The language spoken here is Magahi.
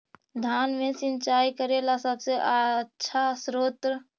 धान मे सिंचाई करे ला सबसे आछा स्त्रोत्र?